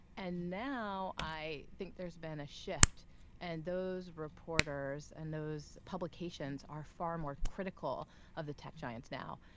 and now, i think there's been a shift and those reporters and those publications are far more critical of the tech giants now.